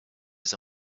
his